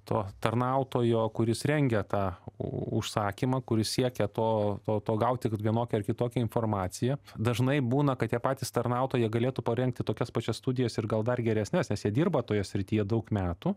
to tarnautojo kuris rengia tą užsakymą kuris siekia to to gauti vienokią ar kitokią informaciją dažnai būna kad tie patys tarnautojai galėtų parengti tokias pačias studijas ir gal dar geresnes nes jie dirba toje srityje daug metų